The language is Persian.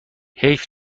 حیف